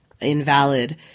invalid